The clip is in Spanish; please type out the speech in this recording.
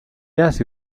hace